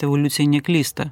evoliucija neklysta